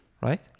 Right